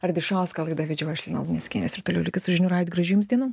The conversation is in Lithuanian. ardišauską laidą vedžiau aš lina luneckienė ir toliau likit su žinių radiju gražių jums dienų